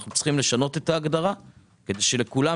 אנחנו צריכים לשנות את ההגדרה כך שלכולם